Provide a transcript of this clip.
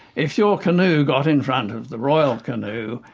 if your canoe got in front of the royal canoe,